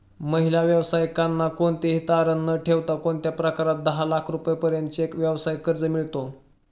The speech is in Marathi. महिला व्यावसायिकांना कोणतेही तारण न ठेवता कोणत्या प्रकारात दहा लाख रुपयांपर्यंतचे व्यवसाय कर्ज मिळतो?